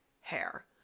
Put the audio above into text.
hair